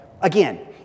Again